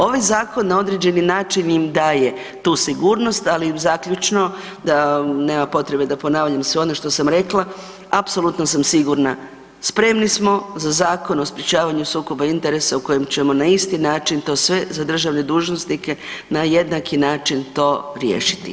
Ovaj zakon na određeni način im daje tu sigurnost, ali im zaključno da nema potrebe da ponavljam sve ono što sam rekla, apsolutno sam sigurna, spremni smo za Zakon o sprječavanju sukoba interesa u kojem ćemo na isti način to sve za državne dužnosnike na jednaki način to riješiti.